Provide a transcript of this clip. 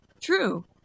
True